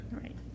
Right